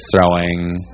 throwing